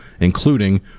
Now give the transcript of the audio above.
including